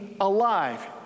alive